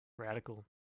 radical